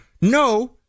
No